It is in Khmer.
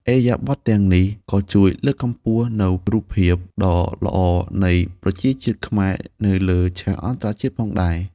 ឥរិយាបថទាំងនេះក៏ជួយលើកកម្ពស់នូវរូបភាពដ៏ល្អនៃប្រជាជាតិខ្មែរនៅលើឆាកអន្តរជាតិផងដែរ។